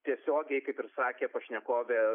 tiesiogiai kaip ir sakė pašnekovė